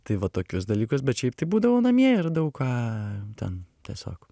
tai va tokius dalykus bet šiaip tai būdavau namie ir daug ką ten tiesiog